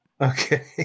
Okay